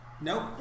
Nope